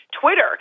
Twitter